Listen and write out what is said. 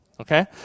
Okay